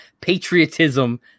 patriotism